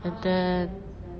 and then